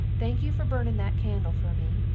thank you fer burning that candle fer me,